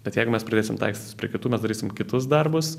bet jeigu mes pradėsim taikstytis prie kitų mes darysim kitus darbus